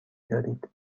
دارید